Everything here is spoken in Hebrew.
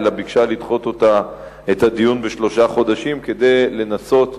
אלא ביקשה לדחות את הדיון בשלושה חודשים כדי לנסות,